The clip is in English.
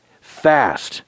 fast